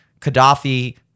Qaddafi